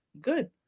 good